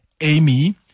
amy